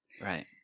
Right